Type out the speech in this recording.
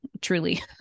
truly